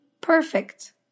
perfect